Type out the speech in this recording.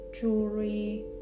jewelry